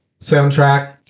soundtrack